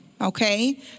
okay